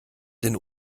den